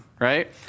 right